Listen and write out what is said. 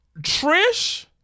Trish